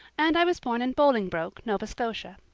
and i was born in bolingbroke, nova scotia.